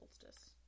solstice